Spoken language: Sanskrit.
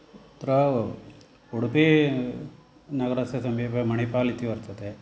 तत्र उडुपिनगरस्य समीपे मणिपाल् इति वर्तते